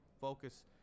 focus